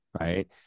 right